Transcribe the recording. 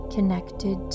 ...connected